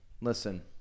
listen